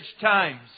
times